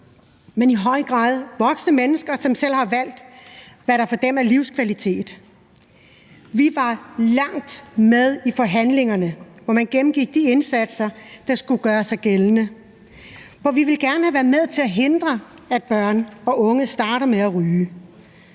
men i høj grad også voksne mennesker, som selv har valgt, hvad der for dem er livskvalitet. Vi var med i forhandlingerne i lang tid, hvor man gennemgik de indsatser, der skulle gøre sig gældende, og vi ville gerne have været med til at hindre, at børn og unge starter med at ryge.